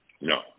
No